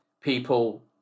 people